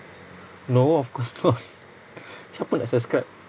no of course not siapa nak subscribe